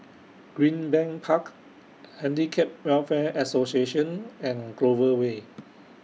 Greenbank Park Handicap Welfare Association and Clover Way